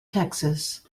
texas